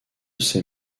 ses